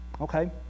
Okay